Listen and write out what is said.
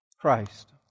Christ